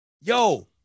Yo